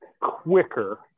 quicker